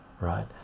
right